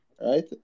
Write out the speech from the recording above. Right